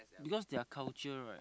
because their culture right